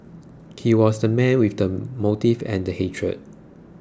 he was the man with the motive and the hatred